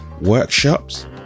workshops